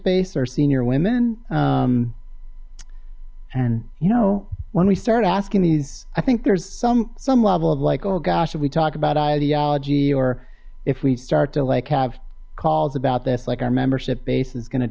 base or senior women and you know when we start asking these i think there's some some level of like oh gosh if we talk about ideology or if we start to like have calls about this like our membership base is gonna